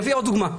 אביא עוד דוגמה: